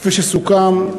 כפי שסוכם,